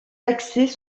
accès